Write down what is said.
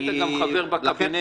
היית גם חבר בקבינט.